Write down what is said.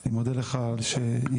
אני מודה לך על שהגעת.